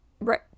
right